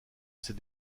ces